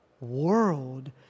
world